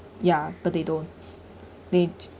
ya but they don't they ch~